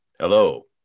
Hello